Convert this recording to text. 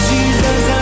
Jesus